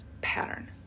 pattern